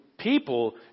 people